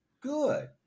Good